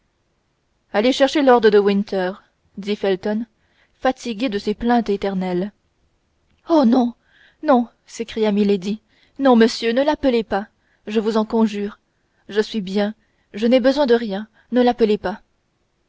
allez chercher lord de winter dit felton fatigué de ces plaintes éternelles oh non non s'écria milady non monsieur ne l'appelez pas je vous en conjure je suis bien je n'ai besoin de rien ne l'appelez pas